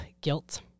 guilt